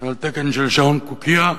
על תקן של שעון קוקייה,